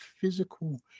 physical